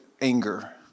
anger